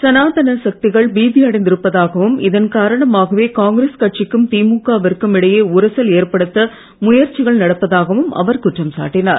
சனாதன சக்திகள் பீதியடைந்து இருப்பதாகவும் இதன் காரணமாகவே காங்கிரஸ் கட்சிக்கும் திமுக விற்கும் இடையே உரசல் ஏற்படுத்த முயற்சிகள் நடப்பதாகவும் அவர் குற்றம் சாட்டினார்